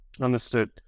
Understood